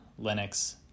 Linux